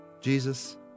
Jesus